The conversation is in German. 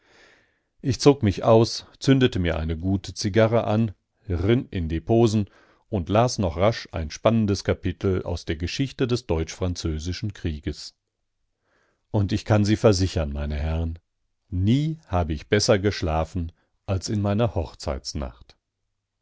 ich zog mich aus zündete mir eine gute zigarre an rin in die posen und las noch rasch ein spannendes kapitel aus der geschichte des deutsch-französischen krieges und ich kann sie versichern meine herren nie habe ich besser geschlafen als in meiner